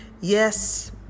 Yes